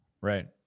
Right